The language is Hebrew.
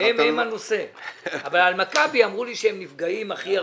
על מכבי, אמרו לי שהם נפגעים הכי הרבה.